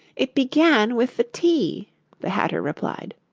it began with the tea the hatter replied.